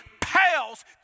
pales